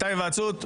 הייתה היוועצות,